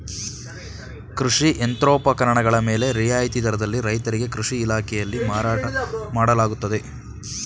ಕೃಷಿ ಯಂತ್ರೋಪಕರಣಗಳ ಮೇಲೆ ರಿಯಾಯಿತಿ ದರದಲ್ಲಿ ರೈತರಿಗೆ ಕೃಷಿ ಇಲಾಖೆಯಲ್ಲಿ ಮಾರಾಟ ಮಾಡಲಾಗುತ್ತದೆ